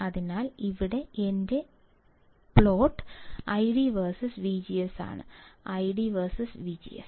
അതിനാൽ ഇവിടെ എന്റെ പ്ലോട്ട് ഐഡി വേഴ്സസ് വിജിഎസാണ് ഐഡി വേഴ്സസ് വിജിഎസ്